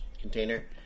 container